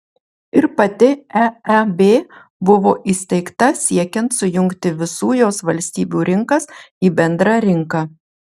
ir pati eeb buvo įsteigta siekiant sujungti visų jos valstybių rinkas į bendrą rinką